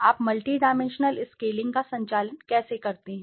आप multidimensional scaling का संचालन कैसे करते हैं